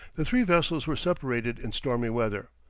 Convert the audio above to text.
the three vessels were separated in stormy weather,